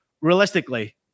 realistically